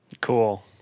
Cool